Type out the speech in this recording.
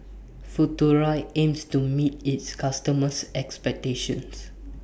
Futuro aims to meet its customers' expectations